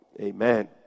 Amen